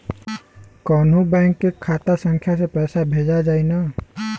कौन्हू बैंक के खाता संख्या से पैसा भेजा जाई न?